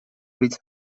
with